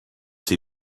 see